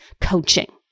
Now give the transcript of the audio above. coaching